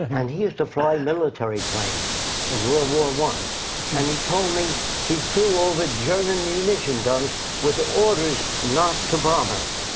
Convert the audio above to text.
and he used to fly military planes in world war i and he told me he flew over german munition dumps with orders not to bomb it.